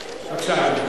בבקשה.